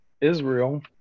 Israel